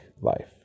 life